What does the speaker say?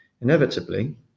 Inevitably